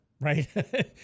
right